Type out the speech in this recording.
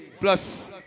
Plus